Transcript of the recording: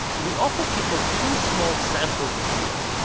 we offered people two small samples of beer,